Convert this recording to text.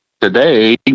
today